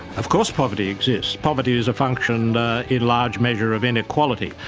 of course poverty exists. poverty is a function in large measure of inequality.